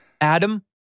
Adam